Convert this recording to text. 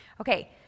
Okay